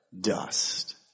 dust